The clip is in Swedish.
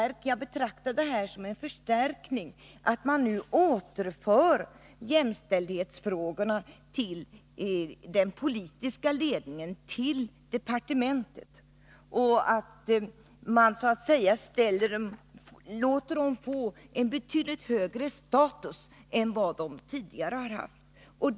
Jag betraktar det som en förstärkning att man nu återför jämställdhetsfrågorna till den politiska ledningen, till departementet, och därmed låter dem få en betydligt högre status än vad de tidigare har haft.